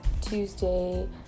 Tuesday